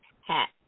hat